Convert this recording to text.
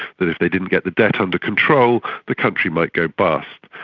that if they didn't get the debt under control the country might go bust.